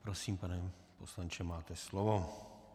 Prosím, pane poslanče, máte slovo.